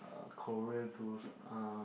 uh Korea goals uh